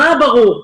מה ברור?